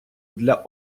для